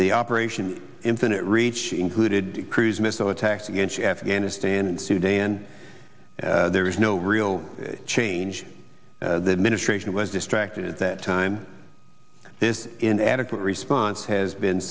the operation infinite reach included cruise missile attacks against afghanistan and sudan there is no real change ministration was distracted at that time this inadequate response has been